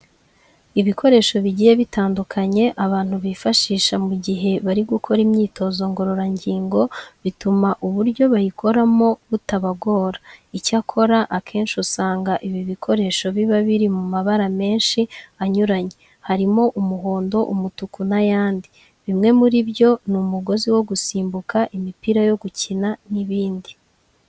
Ibikoresho bigiye bitandukanye, abantu bifashisha mu gihe bari gukora imyitozo ngororangingo, bituma uburyo bayikoramo butabagora. Icyakora, akenshi usanga ibi bikoresho biba biri mu mabara menshi anyuranye, harimo umuhondo, umutuku n'ayandi. Bimwe muri byo ni umugozi wo gusimbuka, imipira yo gukina n'ibindi.